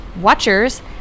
Watchers